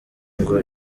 ngo